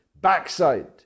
backside